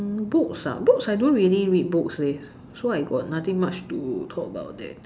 mm books ah books I don't really read books leh so I got nothing much to talk about that